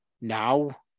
now